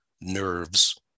nerves